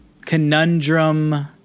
conundrum